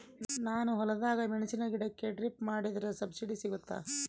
ನಾನು ಹೊಲದಾಗ ಮೆಣಸಿನ ಗಿಡಕ್ಕೆ ಡ್ರಿಪ್ ಮಾಡಿದ್ರೆ ಸಬ್ಸಿಡಿ ಸಿಗುತ್ತಾ?